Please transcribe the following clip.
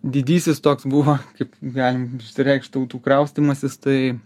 didysis toks buvo kaip galim išsireikšt tautų kraustymasis tai